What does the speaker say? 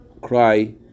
cry